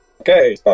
Okay